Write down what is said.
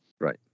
Right